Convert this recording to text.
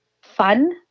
fun